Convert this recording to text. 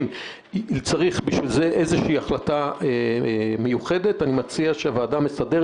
אם צריך בשביל זה איזושהי החלטה מיוחדת אני מציע שהוועדה המסדרת